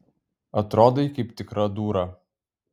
atrodai kaip tikra dūra